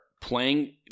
playing